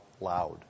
loud